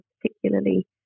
particularly